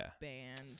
band